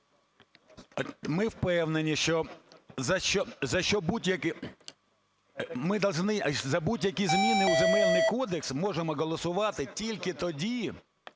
Ми впевнені, що… Мы должны… за будь-які зміни у Земельний кодекс можемо голосувати тільки тоді,